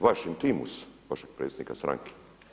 Vaš intimus, vašeg predsjednika stranke.